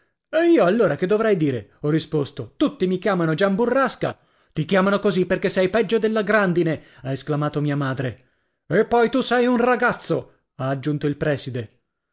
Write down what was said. voi e io allora che dovrei dire ho risposto tutti mi chiamano gian burrasca ti chiamano così perché sei peggio della grandine ha esclamato mia madre e poi tu sei un ragazzo ha aggiunto il prèside